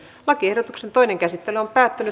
lakiehdotuksen toinen käsittely päättyi